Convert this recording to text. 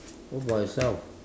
what about yourself